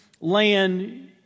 land